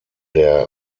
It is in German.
der